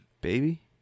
Baby